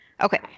okay